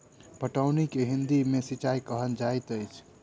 पटौनी के हिंदी मे सिंचाई कहल जाइत अछि